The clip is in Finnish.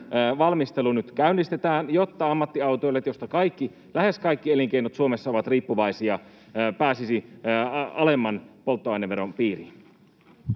valmistelu nyt käynnistetään, jotta ammattiautoilijat, joista lähes kaikki elinkeinot Suomessa ovat riippuvaisia, pääsisivät alemman polttoaineveron piiriin.